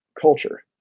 culture